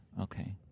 Okay